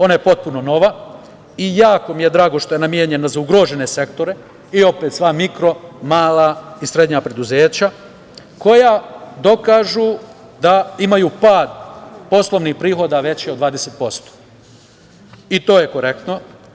Ona je potpuno nova i jako mi je drago što je namenjena za ugrožene sektore, opet mikro, mala i srednja preduzeća, koja dokažu da imaju pad poslovnih prihoda veći od 20% i to je korektno.